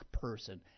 person